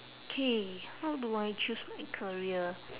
okay how do I choose a career